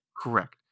correct